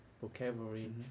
vocabulary